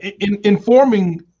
informing